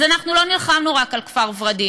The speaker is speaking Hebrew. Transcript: אז אנחנו לא נלחמנו רק על כפר ורדים,